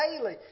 daily